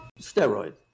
Steroid